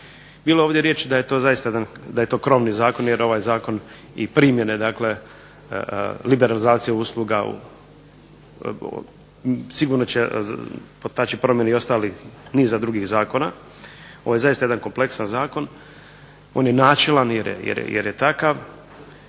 Bilo je ovdje riječi da je to krovni zakon jer ovaj zakon i primjene dakle liberalizacije usluga sigurno će potaći promjene i ostalih niza drugih zakona. Ovo je zaista jedan kompleksan zakon, on je načelan jer je takav